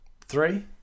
three